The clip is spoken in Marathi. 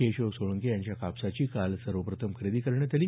केशव सोळंके यांच्या कापसाची काल सर्वप्रथम खरेदी करण्यात आली